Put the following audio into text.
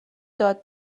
داد